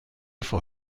for